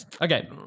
Okay